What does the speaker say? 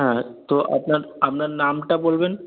হ্যাঁ তো আপনার আপনার নামটা বলবেন